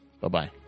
Bye-bye